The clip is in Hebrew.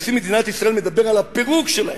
שנשיא מדינת ישראל מדבר על הפירוק שלהם,